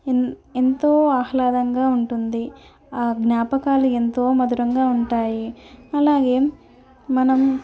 ఎం ఎంతో ఆహ్లాదంగా ఉంటుంది ఆ జ్ఞాపకాలు ఎంతో మధురంగా ఉంటాయి అలాగే మనం